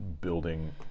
building